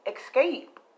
escape